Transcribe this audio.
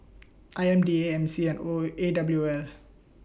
I M D A M C and AWOL A W O L